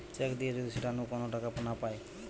check দিয়ে যদি সেটা নু কোন টাকা না পায়